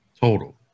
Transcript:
Total